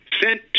sent